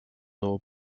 eau